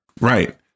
right